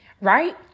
right